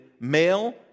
Male